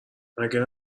مگه